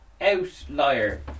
outlier